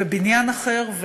בבניין אחר,